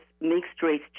mixed-race